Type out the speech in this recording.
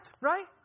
right